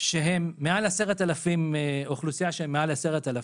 שיש בהם אוכלוסייה של מעל 10,000,